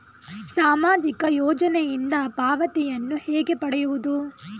ಸಾಮಾಜಿಕ ಯೋಜನೆಯಿಂದ ಪಾವತಿಯನ್ನು ಹೇಗೆ ಪಡೆಯುವುದು?